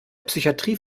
psychatrie